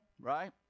right